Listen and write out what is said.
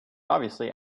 obviously